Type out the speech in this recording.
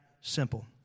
simple